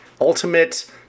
ultimate